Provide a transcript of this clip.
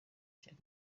king